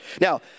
Now